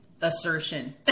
assertion